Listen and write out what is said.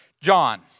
John